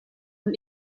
und